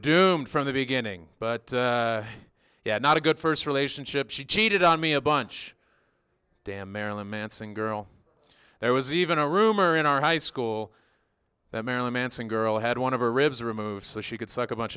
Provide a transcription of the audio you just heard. doomed from the beginning but yeah not a good first relationship she cheated on me a bunch damn marilyn manson girl there was even a rumor in our high school that marilyn manson girl had one of her ribs remove so she could suck a bunch